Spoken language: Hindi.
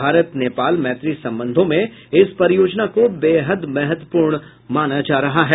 भारत नेपाल मैत्री संबंधों में इस परियोजना को बेहद महत्वपूर्ण माना जा रहा है